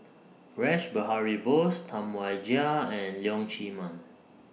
Rash Behari Bose Tam Wai Jia and Leong Chee Mun